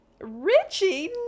Richie